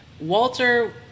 Walter